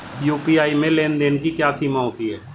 UPI में लेन देन की क्या सीमा होती है?